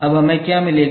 अब हमें क्या मिलेगा